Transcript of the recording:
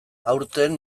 aurten